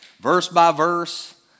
verse-by-verse